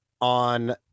on